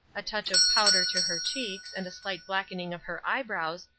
a touch of powder to her cheeks and a slight blackening of her eyebrows,